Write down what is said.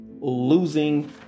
Losing